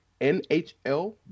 NHL